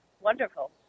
wonderful